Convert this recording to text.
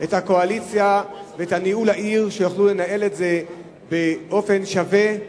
את הקואליציה ואת ניהול העיר כדי שיוכלו לנהל את זה באופן שווה,